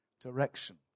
direction